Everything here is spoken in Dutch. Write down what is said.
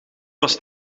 was